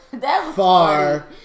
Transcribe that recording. Far